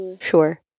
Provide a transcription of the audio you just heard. Sure